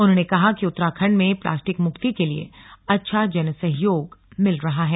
उन्होंने कहा कि उत्तराखण्ड में प्लास्टिक मुक्ति के लिए अच्छा जन सहयोग मिल रहा है